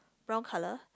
brown colour